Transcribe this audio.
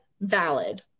valid